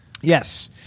Yes